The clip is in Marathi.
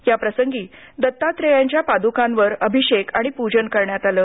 या प्रसंगी दत्तात्रेयांच्या पादूकांवर अभिषेक पूजन करण्यात आले